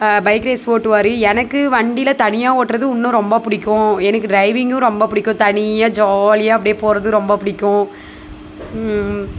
bike race ஓட்டுவாரு எனக்கு வண்டியில் தனியாக ஓட்டுறது இன்னோம் ரொம்ப பிடிக்கும் எனக்கு டிரைவிங்கும் ரொம்ப பிடிக்கும் தனியாக ஜாலியாக அப்படியே போகிறது ரொம்ப பிடிக்கும்